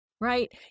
Right